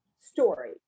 story